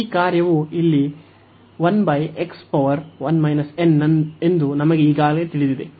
ಈ ಕಾರ್ಯವು ಇಲ್ಲಿ ಎಂದು ನಮಗೆ ಈಗಾಗಲೇ ತಿಳಿದಿದೆ